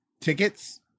tickets